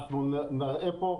אנחנו נראה פה,